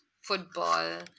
football